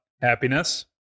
happiness